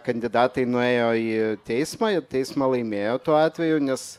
kandidatai nuėjo į teismą ir teismą laimėjo tuo atveju nes